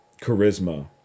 charisma